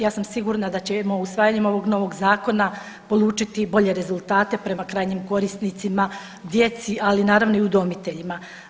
Ja sam sigurna da ćemo usvajanjem ovog novog zakona polučiti bolje rezultate prema krajnjim korisnicima, djeci, ali naravno i udomiteljima.